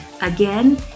Again